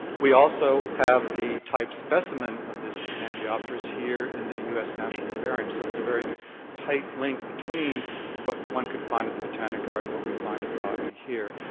we also have the type specimen of this angiopteris here in the us national herbarium so there's a very tight link between what one could find at the botanic garden, what we find in botany here.